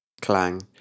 Clang